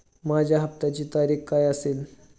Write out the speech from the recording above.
माझ्या हप्त्याची तारीख काय असेल?